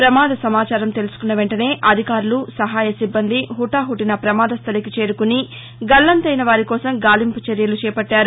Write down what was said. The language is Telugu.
ప్రమాద సమాచారం తెలుసుకున్న వెంటనే అధికారులు సహాయ సిబ్బంది హుటాహుటిన పమాద స్టలికి చేరుకుని గల్లంతయిన వారికోసం గాలింపు చర్యలు చేపట్టారు